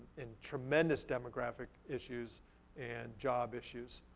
and tremendous demographic issues and job issues.